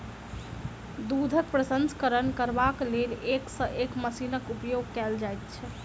दूधक प्रसंस्करण करबाक लेल एक सॅ एक मशीनक उपयोग कयल जाइत छै